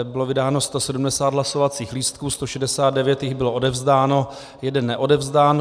Bylo vydáno 170 hlasovacích lístků, 169 jich bylo odevzdáno, 1 neodevzdán.